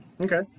Okay